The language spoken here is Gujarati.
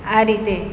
આ રીતે